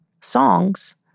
songs